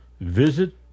visit